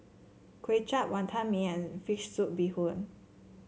Kway Chap Wonton Mee and fish soup Bee Hoon